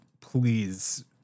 Please